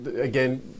again